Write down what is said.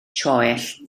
troell